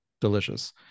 delicious